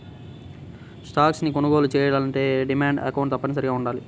stocks ని కొనుగోలు చెయ్యాలంటే డీమాట్ అకౌంట్ తప్పనిసరిగా వుండాలి